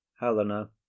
helena